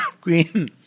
Queen